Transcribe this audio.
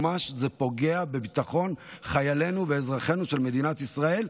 זה ממש פוגע בביטחון חיילינו ואזרחינו במדינת ישראל,